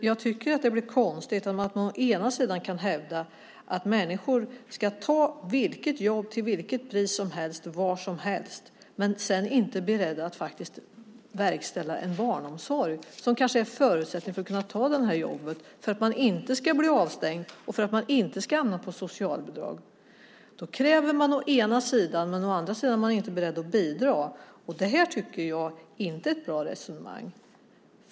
Jag tycker att det blir konstigt om man å ena sidan hävdar att människor ska ta vilket jobb som helst till vilket pris som helst var som helst, men sedan inte är beredd att verkställa en barnomsorg som kanske är förutsättningen för att personen ska kunna ta ett jobb så att han eller hon inte blir avstängd eller hamnar i socialbidragsberoende. Då ställer man å ena sidan krav. Å andra sidan är man inte beredd att bidra, och det tycker jag inte är ett bra resonemang.